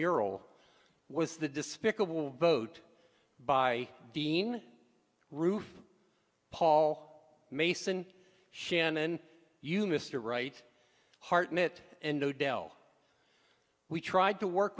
mural was the despicable vote by dean ru paul mason shannon you mr right hartnett and odell we tried to work